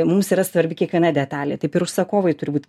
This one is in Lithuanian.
mums yra svarbi kiekviena detalė taip ir užsakovai turi būt